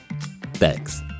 Thanks